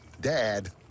Dad